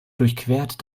durchquert